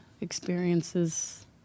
experiences